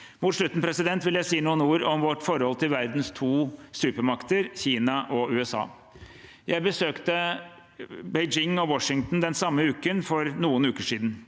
Mot slutten vil jeg si noen ord om vårt forhold til verdens to supermakter, Kina og USA. Jeg besøkte Beijing og Washington den samme uken for noen uker siden.